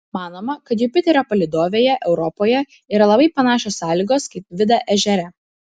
manoma kad jupiterio palydovėje europoje yra labai panašios sąlygos kaip vida ežere